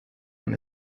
man